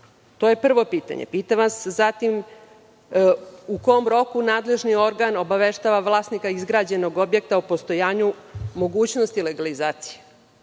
To je prvo pitanje. Zatim vas pitam u kom roku nadležni organ obaveštava vlasnika izgrađenog objekta o postojanju mogućnosti legalizacije?